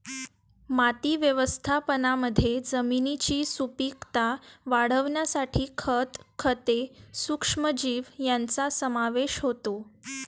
माती व्यवस्थापनामध्ये जमिनीची सुपीकता वाढवण्यासाठी खत, खते, सूक्ष्मजीव यांचा समावेश होतो